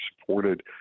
supported